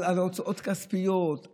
על הוצאות כספיות,